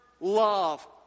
love